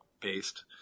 based